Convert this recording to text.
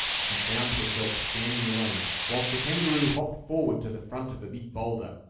she found herself standing alone, whilst the kangaroo hopped forward to the front of a big boulder,